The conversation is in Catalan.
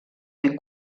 ben